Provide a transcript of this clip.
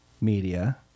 Media